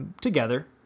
together